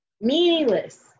Meaningless